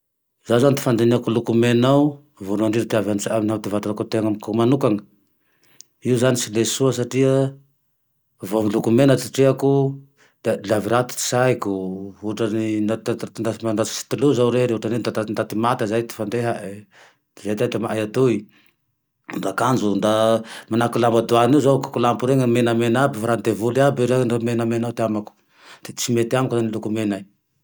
Zaho zane ty fandinihako lokomena ao voalohany indrindra ty avy antsaiko, ty voalohany ty tenako manokany io zane ts le soa satria vao lokomena ty treako avy de raty ty saiko hotrany sitilô zao rehe, ndaty mate aza zay ty fandehane, letre ty amay atoy, ndra akanjo, manahiky lamba doany io zao kokolampy reny menamena aby, vorian'ny devoly aby raho dra menamena iaby ty amako, ty tsy mety amiko zane loko mena.